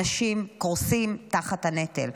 אנשים קורסים תחת הנטל.